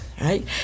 right